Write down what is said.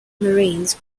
marines